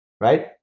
right